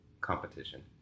competition